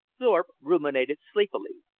thorpe ruminated sleepily.